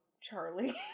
Charlie